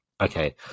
Okay